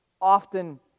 often